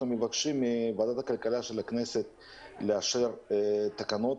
ישיבת ועדת הכלכלה בנושא הצעת תקנות